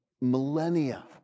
millennia